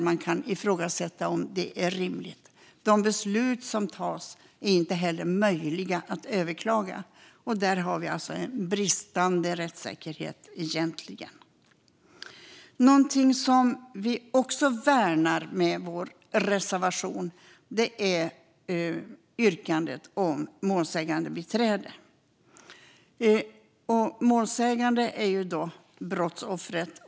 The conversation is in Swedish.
Man kan ifrågasätta om detta är rimligt. Det är också så att de beslut som tas inte är möjliga att överklaga. Där har vi alltså egentligen en bristande rättssäkerhet. Jag vill nu säga något om rätten till målsägandebiträde, vilken vi värnar med vår reservation. Målsäganden är brottsoffret.